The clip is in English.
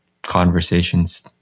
conversations